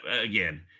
again